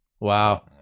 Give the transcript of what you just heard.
Wow